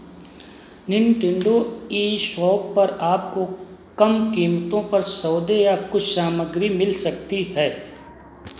Nintendo e shop पर आपको कम कीमतों पर सौदे या कुछ सामग्री मिल सकती है